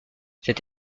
cette